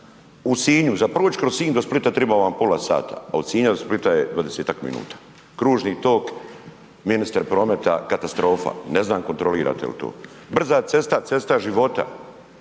U Sinju, za proći kroz Sinj do Splita treba vam pola sata a od Sinja do Splita je 20-ak minuta. Kružni tok, ministre prometa, katastrofa, ne znam kontrolirate li to. Brza cesta, cesta života